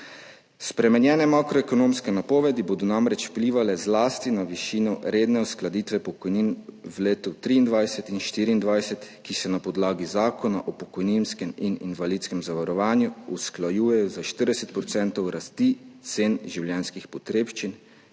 Spremenjene makroekonomske napovedi bodo namreč vplivale zlasti na višino redne uskladitve pokojnin v letih 2023 in 2024, ki se na podlagi Zakona o pokojninskem in invalidskem zavarovanju usklajujejo za 40 % rasti cen življenjskih potrebščin